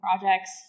projects